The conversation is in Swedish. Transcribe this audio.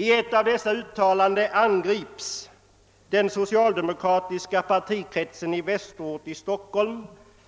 I ett av dessa uttalanden angrips den socialdemokratiska partikretsen i Västerort i Stockholm